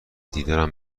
دیدارم